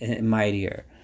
mightier